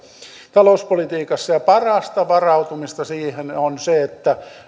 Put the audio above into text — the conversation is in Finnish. talouspolitiikassa ja parasta varautumista siihen on se että